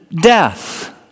death